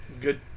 Good